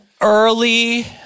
early